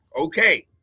okay